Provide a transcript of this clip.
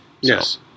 Yes